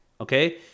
okay